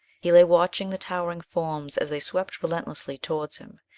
he lay watching the towering forms as they swept relentlessly towards him,